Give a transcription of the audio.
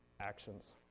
actions